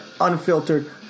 unfiltered